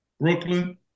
Brooklyn